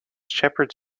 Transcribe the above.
shepard